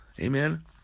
Amen